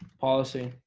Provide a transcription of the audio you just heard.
policy